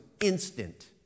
instant